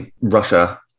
Russia